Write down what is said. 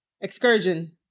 excursion